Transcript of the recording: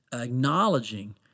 acknowledging